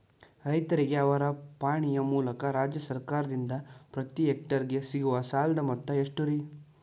ರೈತರಿಗೆ ಅವರ ಪಾಣಿಯ ಮೂಲಕ ರಾಜ್ಯ ಸರ್ಕಾರದಿಂದ ಪ್ರತಿ ಹೆಕ್ಟರ್ ಗೆ ಸಿಗುವ ಸಾಲದ ಮೊತ್ತ ಎಷ್ಟು ರೇ?